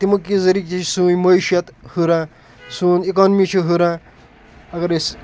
تِم کہِ ذٔریہِ یہِ سٲنۍ معٲشِیَت ہُران سون اِکانمی چھِ ہُران اَگر أسۍ